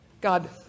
God